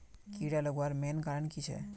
कीड़ा लगवार मेन कारण की छे?